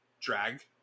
drag